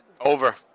Over